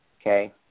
Okay